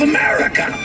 America